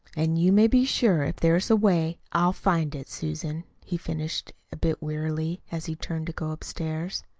and you may be sure if there is a way i'll find it, susan, he finished a bit wearily, as he turned to go upstairs.